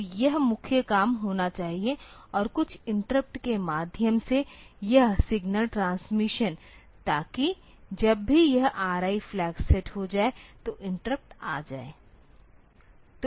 तो यह मुख्य काम होना चाहिए और कुछ इंटरप्ट के माध्यम से यह सिग्नल ट्रांसमिशन ताकि जब भी यह RI फ्लैग सेट हो जाए तो इंटरप्ट आ जाए